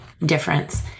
difference